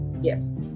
yes